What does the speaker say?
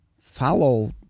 follow